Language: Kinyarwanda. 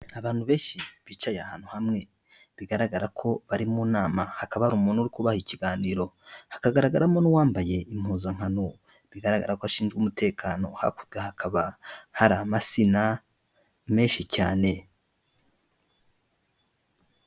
Abantu benshi bicaye ahantu hamwe bigaragara ko bari mu nama, hakaba hari umuntu uri kubaha ikiganiro, hakagaragaramo n'uwambaye impuzankano bigaragara ko ashinzwe umutekano, hakurya hakaba hari amasina menshi cyane.